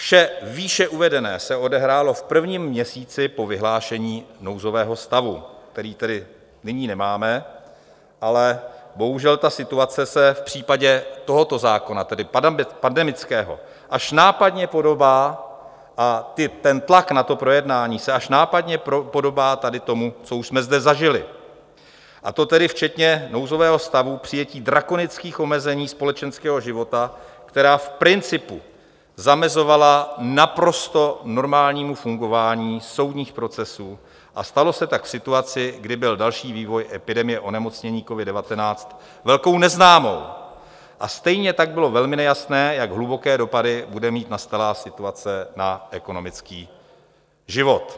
Vše výše uvedené se odehrálo v prvním měsíci po vyhlášení nouzového stavu, který tedy nyní nemáme, ale bohužel ta situace se v případě tohoto zákona, tedy pandemického, až nápadně podobá a ten tlak na to projednání se až nápadně podobá tady tomu, co už jsme zde zažili, a to tedy včetně nouzového stavu, přijetí drakonických omezení společenského života, která v principu zamezovala naprosto normálnímu fungování soudních procesů, a stalo se tak v situaci, kdy byl další vývoj epidemie onemocnění covid19 velkou neznámou a stejně tak bylo velmi nejasné, jak hluboké dopady bude mít nastalá situace na ekonomický život.